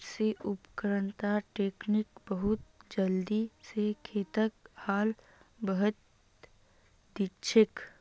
कृषि उपकरणत ट्रैक्टर बहुत जल्दी स खेतत हाल बहें दिछेक